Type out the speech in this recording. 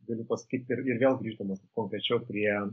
galiu pasakyt ir vėl grįždamas konkrečiau prie